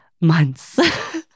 months